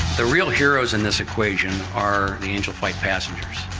the real heroes in this equation are the angel flight passengers.